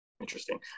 Interesting